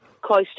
close